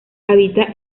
habita